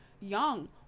young